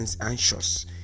anxious